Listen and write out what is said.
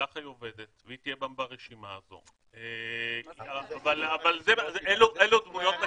ככה היא עובדת והיא גם תהיה ברשימה הזאת אבל אלה מדינות